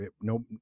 No